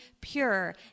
pure